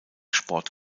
sport